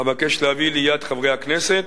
אבקש להביא לידיעת חברי הכנסת,